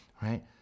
Right